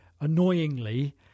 annoyingly